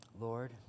Lord